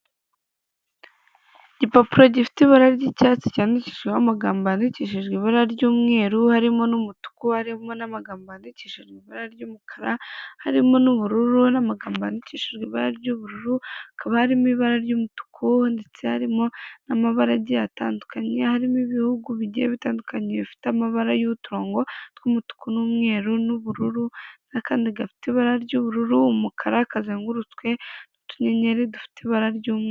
Igipapuro gifite ibara ry'icyatsi cyandikishijeho amagambo yandikishijwe ibara ry'umweru harimo n'umutuku arimo n'amagambo yandiki ibara ry'umukara harimo n'ubururu n'amagambo yandikishi ibara ry'ubururu hakaba harimo ibara ry'umutuku ndetse harimo n'amabaragi atandukanye harimo ibihugu bigiye bitandukanye bifite amabara y'uturongo twumutuku n'umweru n'ubururu n'akandi gafite ibara ry'ubururu umukara kazengurutswe n'utuyenyeri dufite ibara ry'umweru.